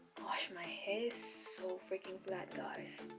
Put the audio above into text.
gosh my hair is so freaking flat guys